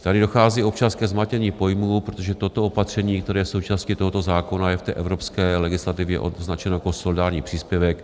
Tady dochází občas ke zmatení pojmů, protože toto opatření, které je součástí tohoto zákona, je v evropské legislativě označeno jako solidární příspěvek.